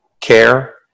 care